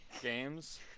games